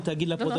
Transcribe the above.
הבנתי.